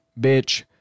bitch